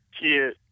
kid